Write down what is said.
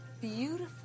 Beautiful